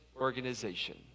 organization